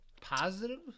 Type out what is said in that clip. positive